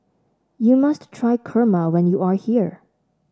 you must try kurma when you are here